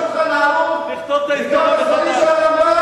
גם ה"שולחן ערוך" וגם הספרים של הרמב"ם